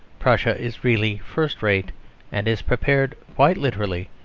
prussia is really first-rate and is prepared, quite literally,